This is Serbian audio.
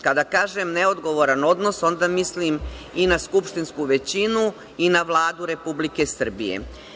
Kada kažem neodgovoran odnos, onda mislim i na skupštinsku većinu i na Vladu Republike Srbije.